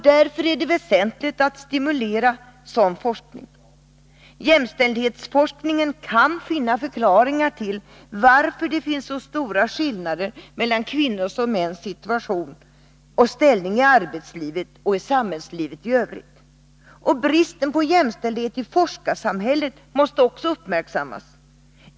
Därför är det väsentligt att stimulera sådan forskning. Jämställdhetsforskningen kan finna förklaringar till varför det finns så stora skillnader mellan kvinnors och mäns situation och ställning i arbetslivet och i samhällslivet i övrigt. Bristen på jämställdhet i forskarsamhället måste också uppmärksammas.